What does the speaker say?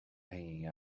hanging